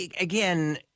again